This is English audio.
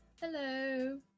Hello